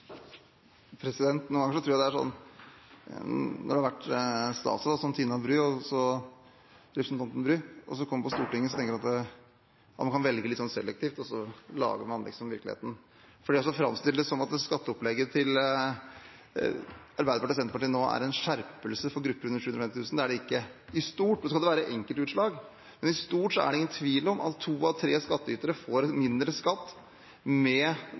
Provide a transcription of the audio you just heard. jeg at når en har vært statsråd, som representanten Tina Bru, og så kommer på Stortinget, tenker en at en kan velge litt selektivt, og så lager en liksom virkeligheten. For det å framstille det som at det i skatteopplegget til Arbeiderpartiet og Senterpartiet nå er en skjerpelse for grupper som tjener under 750 000 kr – det er det ikke, i stort. Det kan være enkeltutslag, men i stort er det ingen tvil om at to av tre skattytere får mindre skatt med